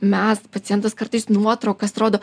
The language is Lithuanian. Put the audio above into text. mes pacientas kartais nuotraukas rodo